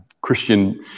Christian